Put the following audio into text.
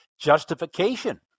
justification